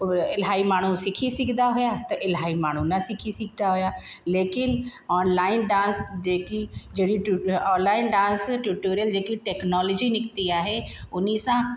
इलाही माण्हू सिखी सघंदा हुआ त इलाही माण्हू न सिखी सघंदा हुआ लेकिनि ऑनलाइन डांस जेकी ट्यू ऑनलाइन डांस ट्यूटोरियल जेकी टेक्नोलॉजी निकिती आहे हुन सां